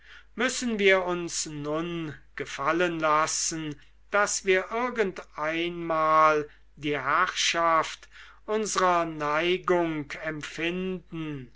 müssen wir uns nun gefallen lassen daß wir irgendeinmal die herrschaft unsrer neigung empfinden